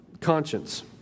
conscience